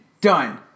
done